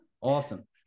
awesome